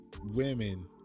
women